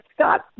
Scott